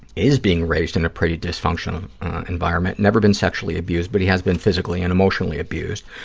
is being raised in a pretty dysfunctional environment, never been sexually abused but he has been physically and emotionally abused.